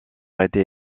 été